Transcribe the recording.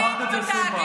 אמרת את זה 20 פעם.